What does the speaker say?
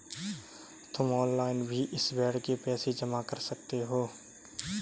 तुम ऑनलाइन भी इस बेड के पैसे जमा कर सकते हो